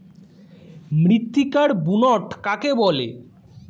মৃত্তিকার বুনট কাকে বলে?